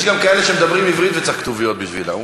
יש כאלה שמדברים בעברית וצריך כתוביות בשבילם.